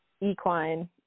equine